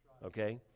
okay